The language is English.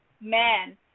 man